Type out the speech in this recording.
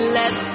let